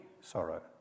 sorrow